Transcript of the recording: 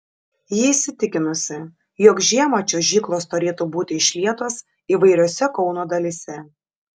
ji įsitikinusi jog žiemą čiuožyklos turėtų būti išlietos įvairiose kauno dalyse